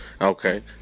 okay